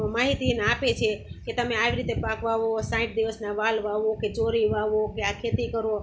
માહિતી અને આપે છે કે તમે આવી રીતે પાક વાવો સાંઠ દિવસના વાલ વાવો કે ચોરી વાવો કે આ ખેતી કરો